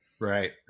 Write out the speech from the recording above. Right